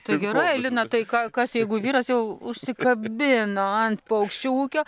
tai gerai lina tai ką kas jeigu vyras jau užsikabino ant paukščių ūkio